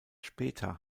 später